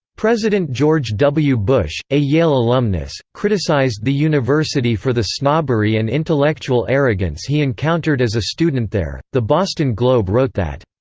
president george w. bush, a yale alumnus, criticized the university for the snobbery and intellectual arrogance he encountered as a student there the boston globe wrote that